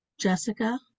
Jessica